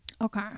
Okay